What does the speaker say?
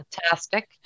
fantastic